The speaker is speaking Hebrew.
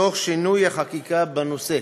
תוך שינוי החקיקה בנושא.